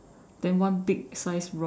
then one big sized rock